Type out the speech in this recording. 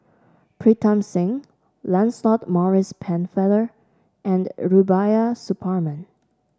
Pritam Singh Lancelot Maurice Pennefather and Rubiah Suparman